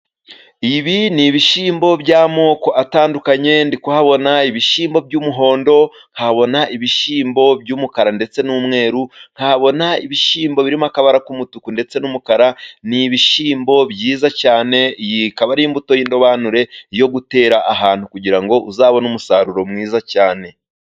Ibi ni ibishimbo by'amoko atandukanye, ndi kuhabona ibishyimbo by'umuhondo, nkahabona ibishyimbo by'umukara ndetse n'umweru, nkahabona ibishyimbo birimo akabara k'umutuku ndetse n'umukara, ni ibishyimbo byiza cyane, iyi ikaba ari imbuto y'indobanure yo gutera ahantu kugira ngo uzabone umusaruro mwiza cyane.